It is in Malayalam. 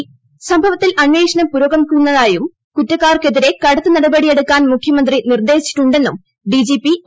്സംഭവത്തിൽ അന്വേഷണം പുരോഗമിക്കുന്നതായും കുറ്റക്കാർക്കെതിരെ കടുത്ത നടപടി എടുക്കാൻ മുഖ്യമന്ത്രി നിർദ്ദേശിച്ചിട്ടുണ്ടെന്നും ഡിജിപി ഒ